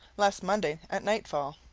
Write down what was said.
last monday at nightfall,